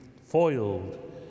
foiled